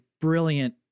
Brilliant